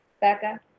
Becca